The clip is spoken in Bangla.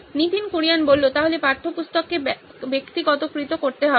নীতিন কুরিয়ান তাহলে পাঠ্যপুস্তককে ব্যক্তিগতকৃত করতে হবে